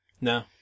No